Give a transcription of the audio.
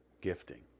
gifting